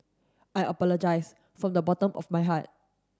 I apologise from the bottom of my heart